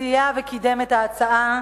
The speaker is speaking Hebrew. סייע וקידם את ההצעה,